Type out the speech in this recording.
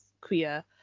queer